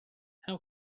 how